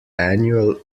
annual